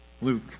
Luke